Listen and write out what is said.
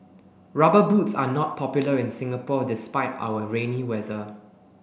rubber boots are not popular in Singapore despite our rainy weather